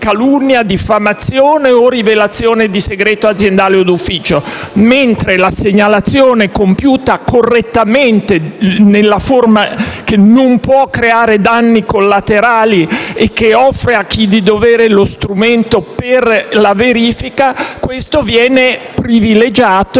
calunnia, alla diffamazione o alle rivelazioni di segreto aziendale o d'ufficio; mentre la segnalazione compiuta correttamente nella forma che non può causare danni collaterali, e che offre a chi dovere lo strumento per la verifica, viene privilegiata